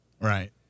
Right